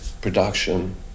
production